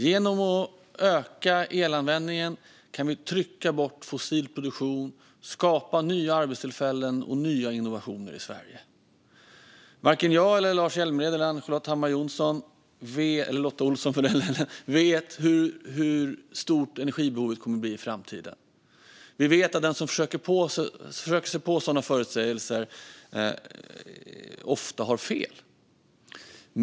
Genom att öka elanvändningen kan vi trycka bort fossil produktion, skapa nya arbetstillfällen och få nya innovationer i Sverige. Varken jag, Lars Hjälmered eller Ann-Charlotte Hammar Johnsson - eller Lotta Olsson för den delen - vet hur stort energibehovet kommer att bli i framtiden. Vi vet att den som försöker sig på sådana förutsägelser ofta har fel.